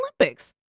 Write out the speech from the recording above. olympics